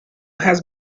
has